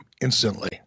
instantly